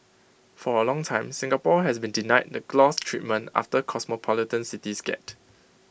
for A long time Singapore has been denied the gloss treatment after cosmopolitan cities get